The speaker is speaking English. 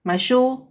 my shoe